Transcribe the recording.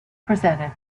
presented